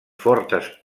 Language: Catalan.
fortes